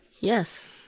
Yes